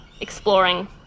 exploring